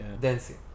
dancing